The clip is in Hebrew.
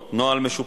מורגש?